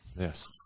Yes